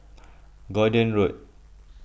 Gordon Road